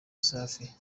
safi